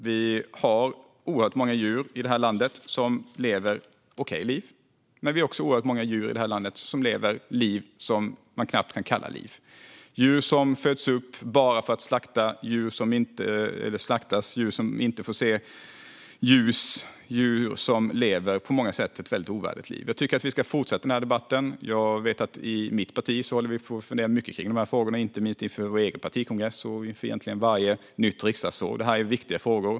Vi har många djur i det här landet som lever okej liv. Men vi har också många djur i det här landet som lever liv som knappt kan kallas liv. Det är djur som föds upp bara för att slaktas, djur som inte får se ljus och djur som på många sätt lever ovärdiga liv. Jag tycker att vi ska fortsätta den här debatten. I mitt parti funderar vi mycket på de här frågorna, inte minst inför vår egen partikongress och egentligen inför varje nytt riksdagsår. Det är viktiga frågor.